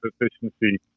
efficiency